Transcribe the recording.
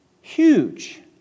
Huge